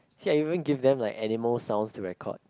see I even give them like animal sound to record